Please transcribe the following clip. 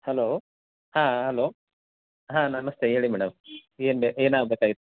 hello ಹಾಂ hello ಹಾಂ ನಮಸ್ತೆ ಹೇಳಿ ಮೇಡಮ್ ಏನು ಬೆ ಏನಾಗ್ಬೇಕಾಗಿತ್ತು